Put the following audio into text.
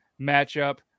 matchup